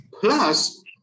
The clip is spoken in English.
Plus